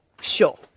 Sure